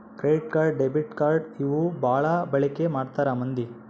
credit card debit card ಇವು ಬಾಳ ಬಳಿಕಿ ಮಾಡ್ತಾರ ಮಂದಿ